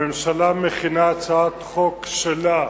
הממשלה מכינה הצעת חוק שלה,